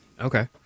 Okay